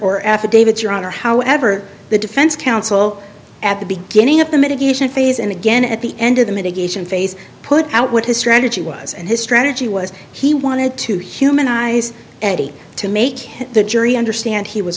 honor however the defense counsel at the beginning of the mitigation phase and again at the end of the mitigation phase put out what his strategy was and his strategy was he wanted to humanize andy to make the jury understand he was